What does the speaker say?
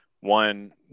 one